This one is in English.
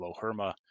Loherma